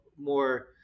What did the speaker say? more